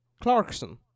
Clarkson